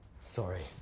Sorry